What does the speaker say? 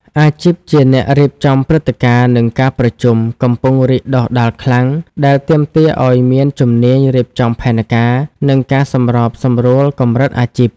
អាជីពជាអ្នករៀបចំព្រឹត្តិការណ៍ និងការប្រជុំ កំពុងរីកដុះដាលខ្លាំង ដែលទាមទារឱ្យមានជំនាញរៀបចំផែនការ និងការសម្របសម្រួលកម្រិតអាជីព។